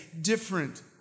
different